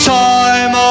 time